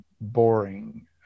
boring